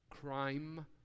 crime